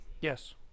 Yes